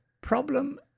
problem